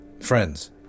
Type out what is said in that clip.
friends